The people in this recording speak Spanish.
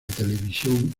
televisión